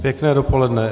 Pěkné dopoledne.